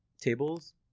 tables